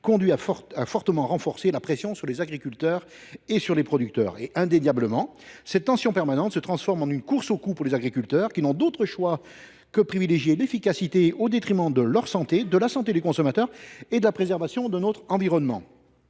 conduit à fortement renforcer la pression sur les agriculteurs et les producteurs. Inéluctablement, cette tension permanente entraîne une course aux coûts pour les agriculteurs, qui n’ont d’autre choix que de privilégier l’efficacité, au détriment de leur santé, de celle des consommateurs et de la préservation de notre environnement.